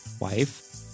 wife